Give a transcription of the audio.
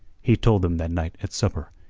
he told them that night at supper,